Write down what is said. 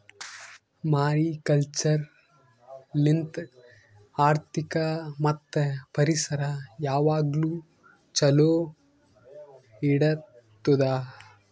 mariculture ಲಿಂತ್ ಆರ್ಥಿಕ ಮತ್ತ್ ಪರಿಸರ ಯಾವಾಗ್ಲೂ ಛಲೋ ಇಡತ್ತುದ್